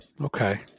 okay